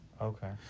Okay